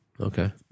okay